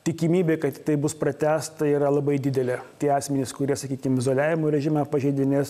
tikimybė kad tai bus pratęsta yra labai didelė tie asmenys kurie sakykim izoliavimo režimą pažeidinės